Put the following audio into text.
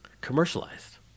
commercialized